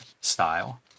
style